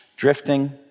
drifting